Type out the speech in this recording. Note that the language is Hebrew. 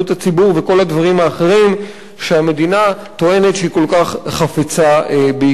וכל הדברים האחרים שהמדינה טוענת שהיא כל כך חפצה ביקרם.